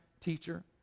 teacher